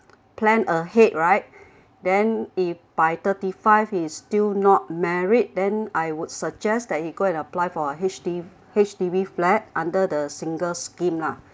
plan ahead right then if by thirty five he's still not married then I would suggest that he go and apply for a H_D H_D_B flat under the singles scheme lah